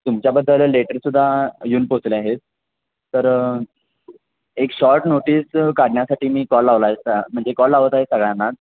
तुमच्याबद्दल लेटरसुद्धा येऊन पोचले आहेत तर एक शॉर्ट नोटिस काढण्यासाठी मी कॉल लावला आहे म्हणजे कॉल लावत आहे सगळ्यांनाच